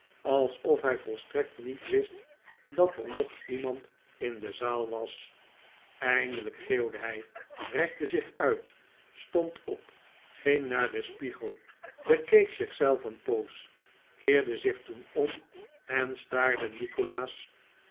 alsof hij volstrekt niet wist dat er nog iemand in de zaal was eindelijk geeuwde hij rekte zich uit stond op ging naar den spiegel bekeek zich zelf een poos keerde zich toen om en staarde nikolaas